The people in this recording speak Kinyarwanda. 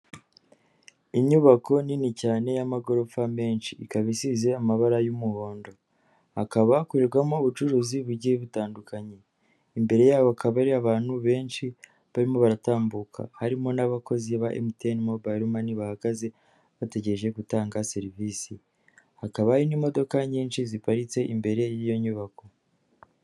Inyubako nini cyane y'amagorofa menshi, ikaba isize amabara y'umuhondo, hakaba hakorerwamo ubucuruzi bugiye butandukanye, imbere yabo hakaba hari abantu benshi barimo baratambuka harimo n'abakozi ba MTN mobayiro mani bahagaze bategereje gutanga serivisi, hakaba hari n'imodoka nyinshi ziparitse imbere y'iyo nyubako.